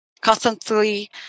constantly